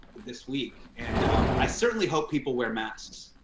this week. and i certainly hope people wear masks.